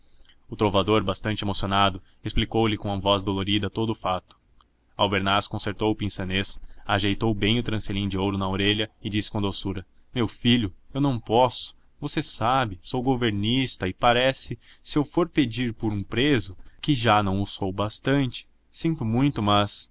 o trovador bastante emocionado explicou-lhe com voz dorida todo o fato albernaz concertou o pince-nez ajeitou bem o trancelim de ouro na orelha e disse com doçura meu filho eu não posso você sabe sou governista e parece se eu for pedir por um preso que já não o sou bastante sinto muito mas